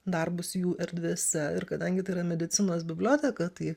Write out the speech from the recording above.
darbus jų erdvėse ir kadangi tai yra medicinos biblioteka tai